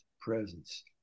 presence